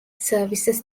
services